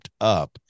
up